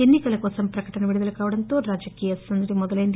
ఎన్ని కల కోసం ప్రకటన విడుదల కావడంతో రాజకీయ సందడి మొదలైంది